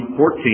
14